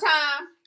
time